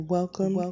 Welcome